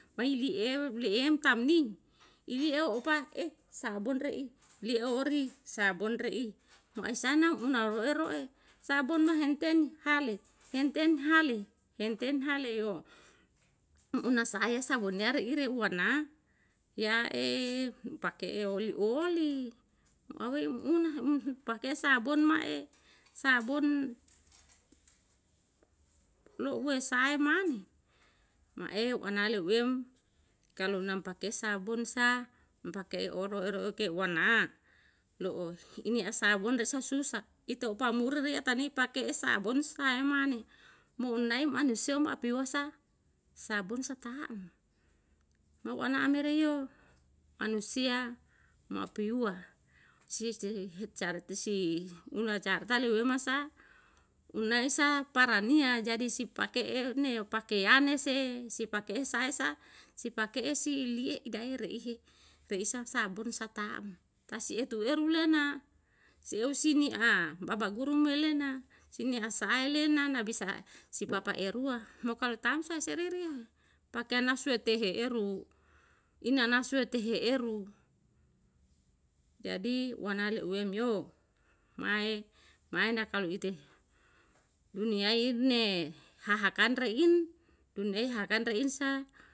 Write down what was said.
Wai li eu li eu tam ni ili eu opa e sabon re'i li ori sabon re'i mo ae sana una ro'e ro'e sabon ma henten hale henten hale henten hale yo mu una sae sa wonia re ire uwa na ya e pake'e oli oli mo awe mo una e pake sabon ma'e sabon loue sa mane ma'e wanale wem kalu nam pake sabun sa pake oro ua na lo'o ini a sabun re sa susah ita upa muriri atani pake'e sabon sae mane mo una e manusia mo api uwa sa sabon sa taa'm mau ana amereio manusia mo api uwa sisi le uwe ma sa una esa para nia jadi si pake'e ni o pakeane se si pake'e sae sa si pake'e si lie ida ere ihi rei sa sabun sa taa'm tasi etu eru le na si eu si ni a baba guru melena si ni asa ae lena na bisa sipapa erua mo kalu tam sa seririo pakean na sue tehe eru ina ana sue tehe eru jadi wana le uem yo mae mae na kalo ite dunia ine haha kan rein dunia he hakan rein sa